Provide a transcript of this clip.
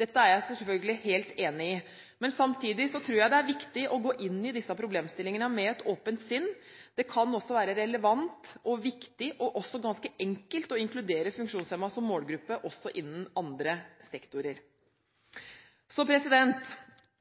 Dette er jeg selvfølgelig helt enig i, men samtidig tror jeg det er viktig å gå inn i disse problemstillingene med et åpent sinn. Det kan også være relevant, viktig og også ganske enkelt å inkludere funksjonshemmede som målgruppe også innen andre sektorer.